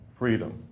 freedom